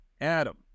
Adam